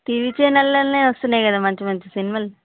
TV ఛానన్లలో వస్తున్నాయి కదా మంచి మంచి సినిమాలు